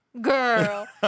Girl